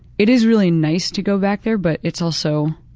it is really nice to go back there but it's also,